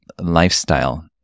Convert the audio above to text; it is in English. lifestyle